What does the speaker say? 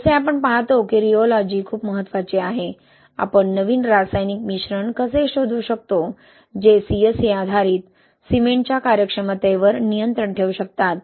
जसे आपण पाहतो की रिओलॉजी खूप महत्वाची आहे आपण नवीन रासायनिक मिश्रण कसे शोधू शकतो जे CSA आधारित सिमेंटच्या कार्यक्षमतेवर नियंत्रण ठेवू शकतात